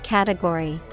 Category